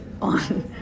on